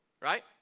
Right